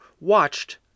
watched